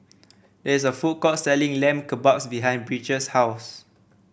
there is a food court selling Lamb Kebabs behind Bridget's house